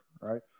right